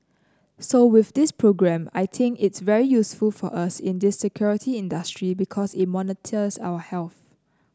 so with this programme I think it's very useful for us in the security industry because it monitors our health